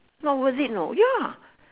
not worth it you know ya